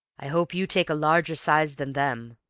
i hope you take a larger size than them,